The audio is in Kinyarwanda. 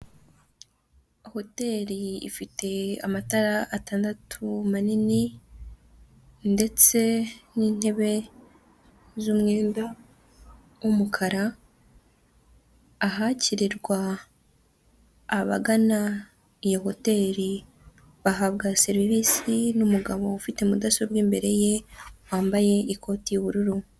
Hoteri ifite amatara atandatu manini ndetse n'intebe z'umwenda w'umukara, ahakirirwa abagana iyi hoteri bahabwa serivisi n'umugabo ufite mudasobwa imbere ye, wambaye ikoti y'ubururu.